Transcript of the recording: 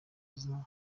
zaba